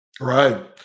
Right